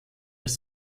als